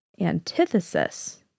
antithesis